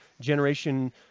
generation